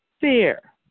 fear